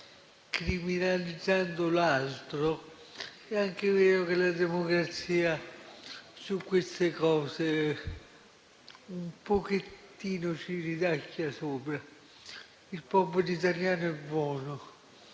criminalizzando l'altro, è anche vero che la democrazia su queste cose un po' ci ridacchia sopra. Il popolo italiano è buono,